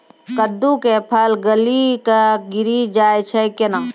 कददु के फल गली कऽ गिरी जाय छै कैने?